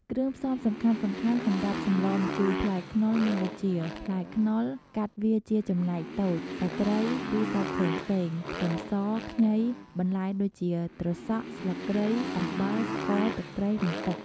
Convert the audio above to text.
គ្រឿងផ្សំសំខាន់ៗសម្រាប់សម្លរម្ជូរផ្លែខ្នុរមានដូចជា ផ្លែខ្នុរ កាត់វាជាចំណែកតូច សាច់ត្រី ឬសាច់ផ្សេងៗ ខ្ទឹមស ខ្ញី បន្លែដូចជា ត្រសក់ ស្លឹកគ្រៃ អំបិល ស្ករ ទឹកត្រី និង ទឹក។